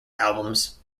albums